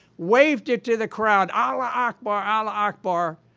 waved it to the crowd allah akbar! allah akbar!